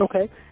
Okay